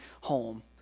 home